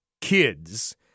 kids